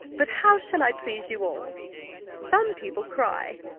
but how shall i please you all some people cry,